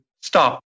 stop